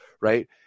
right